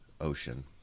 ocean